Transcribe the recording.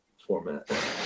format